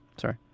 sorry